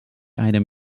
item